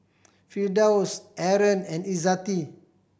Firdaus Aaron and Izzati